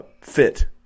fit